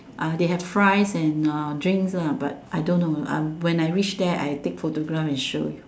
uh they have fries and uh drinks lah but I don't know um when I reach there I take photograph and show you